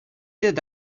that